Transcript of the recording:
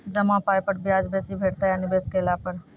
जमा पाय पर ब्याज बेसी भेटतै या निवेश केला पर?